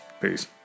Peace